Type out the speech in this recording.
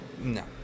no